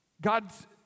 God's